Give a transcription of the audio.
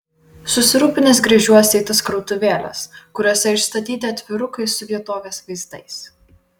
susirūpinęs gręžiuosi į tas krautuvėles kuriose išstatyti atvirukai su vietovės vaizdais